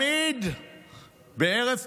בערב פורים,